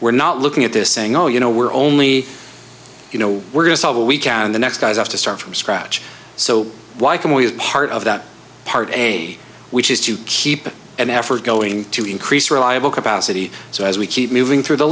we're not looking at this saying oh you know we're only you know we're going to solve it we can in the next guys have to start from scratch so why can we as part of that part a which is to keep an effort going to increase reliable capacity so as we keep moving through the